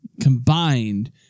Combined